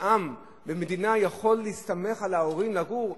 שעם במדינה יכול להסתמך על ההורים כמקום לגור,